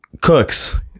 cooks